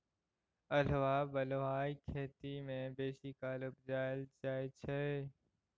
अल्हुआ बलुआही खेत मे बेसीकाल उपजाएल जाइ छै